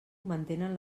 mantenen